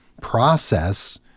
process